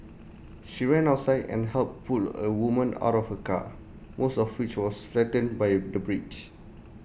she ran outside and helped pull A woman out of her car most of which was flattened by the bridge